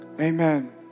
amen